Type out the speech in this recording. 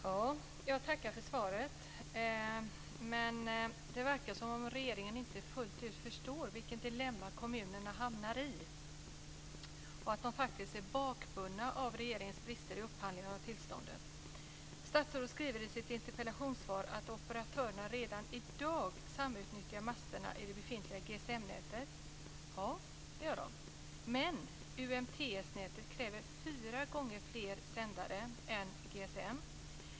Herr talman! Jag tackar för svaret, men det verkar som om regeringen inte fullt ut förstår vilket dilemma kommunerna hamnar i och att de faktiskt är bakbundna av regeringens brister i upphandlingen av tillstånden. Statsrådet skriver i sitt interpellationssvar att operatörerna redan i dag samutnyttjar masterna i det befintliga GSM-nätet. Ja, det gör de. Men UMTS nätet kräver fyra gånger fler sändare än GSM.